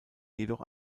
jedoch